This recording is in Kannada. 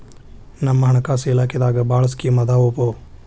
ನಮ್ ಹಣಕಾಸ ಇಲಾಖೆದಾಗ ಭಾಳ್ ಸ್ಕೇಮ್ ಆದಾವೊಪಾ